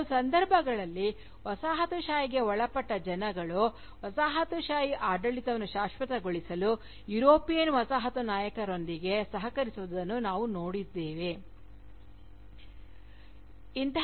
ಕೆಲವು ಸಂದರ್ಭಗಳಲ್ಲಿ ವಸಾಹತುಶಾಹಿಗೆ ಒಳಪಟ್ಟ ಜನಗಳು ವಸಾಹತುಶಾಹಿ ಆಡಳಿತವನ್ನು ಶಾಶ್ವತಗೊಳಿಸಲು ಯುರೋಪಿಯನ್ ವಸಾಹತು ನಾಯಕರೊಂದಿಗೆ ಸಹಕರಿಸುವುದನ್ನು ನಾವು ನೋಡುತ್ತೇವೆ